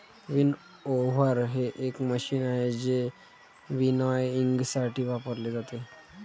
winnower हे एक मशीन आहे जे विनॉयइंगसाठी वापरले जाते